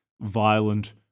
violent